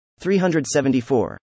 374